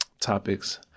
topics